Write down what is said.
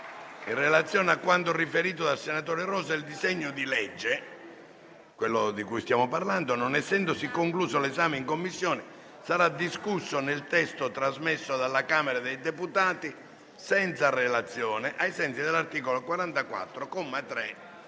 in relazione a quanto riferito dal senatore Rosa, il disegno di legge n. 1197, non essendosi concluso l'esame in Commissione, sarà discusso nel testo trasmesso dalla Camera dei deputati senza relazione, ai sensi dell'articolo 44,